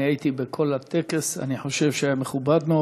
אני הייתי בכל הטקס, אני חושב שהיה מכובד מאוד.